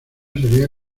sería